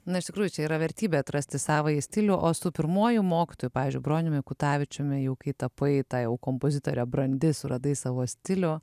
na iš tikrųjų tai yra vertybė atrasti savąjį stilių o su pirmuoju mokytoju pavyzdžiui broniumi kutavičiumi jau kai tapai ta jau kompozitore brandi suradai savo stilių